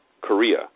Korea